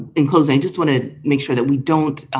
in close. i just want to make sure that we don't ah